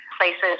places